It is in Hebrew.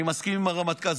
אני מסכים עם הרמטכ"ל,